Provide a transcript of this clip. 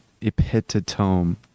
epitome